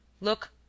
Look